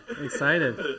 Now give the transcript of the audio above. Excited